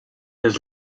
his